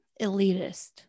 elitist